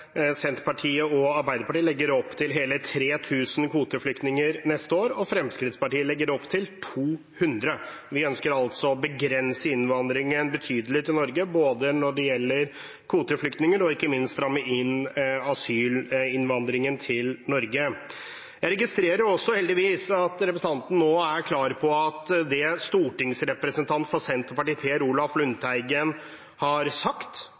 Senterpartiet og Arbeiderpartiet legger opp til hele 3 000 kvoteflyktninger neste år, og Fremskrittspartiet legger opp til 200. Vi ønsker altså å begrense innvandringen til Norge betydelig, når det gjelder både kvoteflyktninger og ikke minst å stramme inn asylinnvandringen til Norge. Jeg registrerer også heldigvis at representanten nå er klar på at det stortingsrepresentant for Senterpartiet Per Olaf Lundteigen har sagt